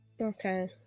Okay